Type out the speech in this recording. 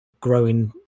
growing